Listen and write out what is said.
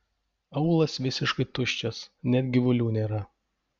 aūlas visiškai tuščias net gyvulių nėra